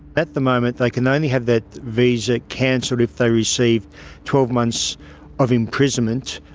at the moment they can only have that visa cancelled if they receive twelve months of imprisonment.